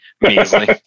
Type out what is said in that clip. Measly